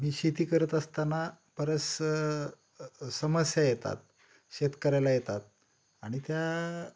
मी शेती करत असताना बरंच समस्या येतात शेतकऱ्याला येतात आणि त्या